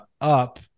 up